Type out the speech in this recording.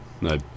No